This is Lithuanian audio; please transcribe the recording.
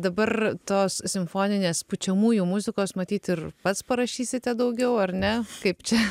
dabar tos simfoninės pučiamųjų muzikos matyt ir pats parašysite daugiau ar ne kaip čia